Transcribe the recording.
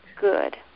Good